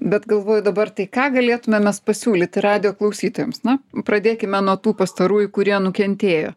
bet galvoju dabar tai ką galėtumėm mes pasiūlyti radijo klausytojams na pradėkime nuo tų pastarųjų kurie nukentėjo